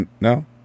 no